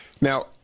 now